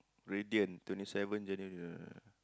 Radiant twenty seven january